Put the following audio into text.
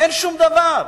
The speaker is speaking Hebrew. אין שום דבר.